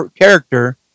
character